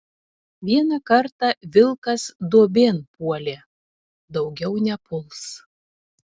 vieną kartą vilkas duobėn puolė daugiau nepuls